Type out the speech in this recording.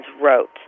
wrote